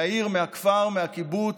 מהעיר, מהכפר, מהקיבוץ,